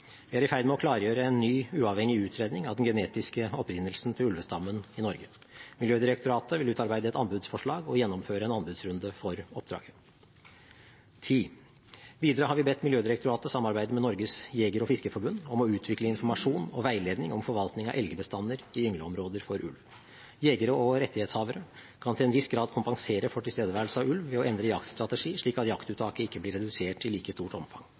Vi er i ferd med å klargjøre en ny, uavhengig utredning av den genetiske opprinnelsen til ulvestammen i Norge. Miljødirektoratet vil utarbeide et anbudsforslag og gjennomføre en anbudsrunde for oppdraget. Videre har vi bedt Miljødirektoratet samarbeide med Norges Jeger- og Fiskerforbund om å utvikle informasjon og veiledning om forvaltning av elgbestander i yngleområder for ulv. Jegere og rettighetshavere kan til en viss grad kompensere for tilstedeværelse av ulv ved å endre jaktstrategi, slik at jaktuttaket ikke blir redusert i like stort omfang.